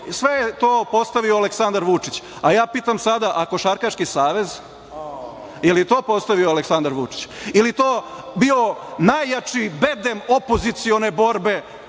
Srbiji postavio Aleksandar Vučić. A ja pitam sada – a Košarkaški savez? Jel i to postavio Aleksandar Vučić ili je to bio najjači bedem opozicione borbe